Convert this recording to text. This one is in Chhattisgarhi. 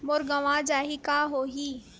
मोर गंवा जाहि का होही?